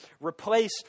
replace